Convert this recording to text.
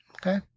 Okay